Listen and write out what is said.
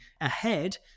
ahead